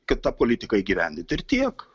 kad tą politiką įgyvendint ir tiek